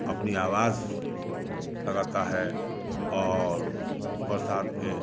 अपनी आवाज लगाता है और बरसात के